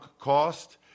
cost